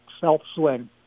self-swing